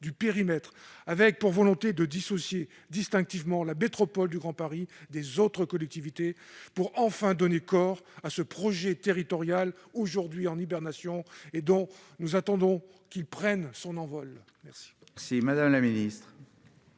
leur périmètre, afin de dissocier distinctement la métropole du Grand Paris des autres collectivités et, ainsi, donner enfin corps à ce projet territorial, aujourd'hui en hibernation, dont nous attendons qu'il prenne son envol ?